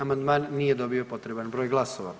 Amandman nije dobio potreban broj glasova.